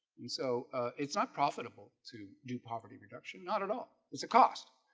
and so it's not profitable to do poverty reduction not at all. it's a cost